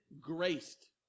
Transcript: graced